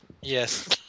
Yes